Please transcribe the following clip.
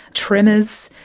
tremors,